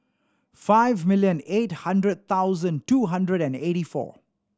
five million eight hundred thousand two hundred and eighty four